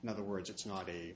in other words it's not a